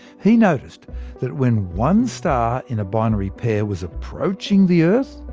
he noticed that when one star in a binary pair was approaching the earth,